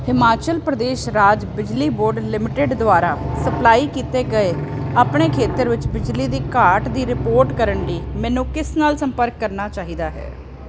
ਹਿਮਾਚਲ ਪ੍ਰਦੇਸ਼ ਰਾਜ ਬਿਜਲੀ board limited ਦੁਆਰਾ ਸਪਲਾਈ ਕੀਤੇ ਗਏ ਆਪਣੇ ਖੇਤਰ ਵਿੱਚ ਬਿਜਲੀ ਦੀ ਘਾਟ ਦੀ ਰਿਪੋਰਟ ਕਰਨ ਲਈ ਮੈਨੂੰ ਕਿਸ ਨਾਲ ਸੰਪਰਕ ਕਰਨਾ ਚਾਹੀਦਾ ਹੈ